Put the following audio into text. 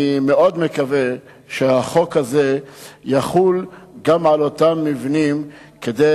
אני מאוד מקווה שהחוק הזה יחול גם על אותם מבנים כדי